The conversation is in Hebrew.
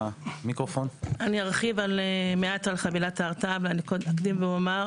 אני ארחיב מעט על חבילת ההרתעה ואקדים ואומר